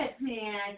man